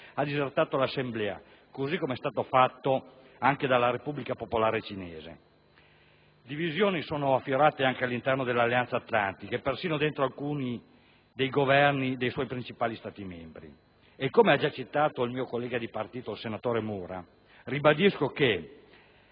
ha disertato l'assemblea, così com'è stato fatto anche dalla Repubblica Popolare Cinese. Divisioni sono affiorate anche all'interno dell'Alleanza Atlantica e persino all'interno di alcuni dei Governi dei suoi principali Stati membri e, come ha già ricordato il mio collega di partito, senatore Mura, ribadisco che,